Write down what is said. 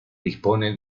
dispone